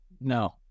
no